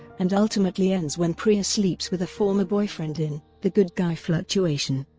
and ultimately ends when priya sleeps with a former boyfriend in the good guy fluctuation.